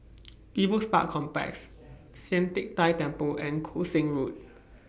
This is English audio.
People's Park Complex Sian Teck Tng Temple and Koon Seng Road